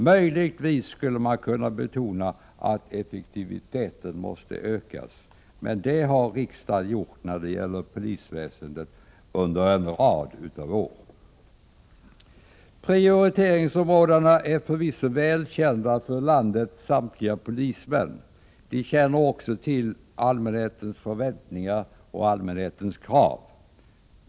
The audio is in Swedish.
Möjligtvis skulle man kunna betona att effektiviteten måste ökas, men det har riksdagen gjort när det gäller polisväsendet under en rad av år. Prioriteringsområdena är förvisso välkända för landets samtliga polismän. De känner också till allmänhetens förväntningar och krav.